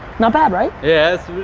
not bad, right? yeah,